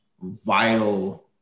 vital